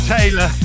Taylor